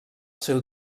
seu